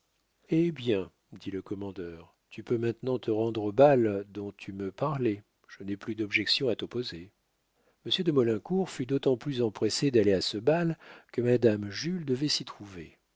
eh bien dit le commandeur tu peux maintenant te rendre au bal dont tu me parlais je n'ai plus d'objections à t'opposer monsieur de maulincour fut d'autant plus empressé d'aller à ce bal que madame jules devait s'y trouver